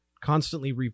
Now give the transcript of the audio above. constantly